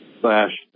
slash